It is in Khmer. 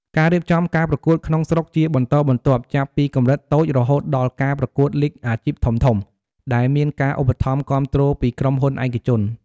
ការរៀបចំការប្រកួតក្នុងស្រុកជាបន្តបន្ទាប់ ចាប់ពីកម្រិតតូចរហូតដល់ការប្រកួតលីគអាជីពធំៗ ដែលមានការឧបត្ថម្ភគាំទ្រពីក្រុមហ៊ុនឯកជន។